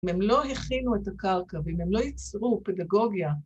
‫הם לא הכינו את הקרקע ‫והם לא ייצרו פדגוגיה...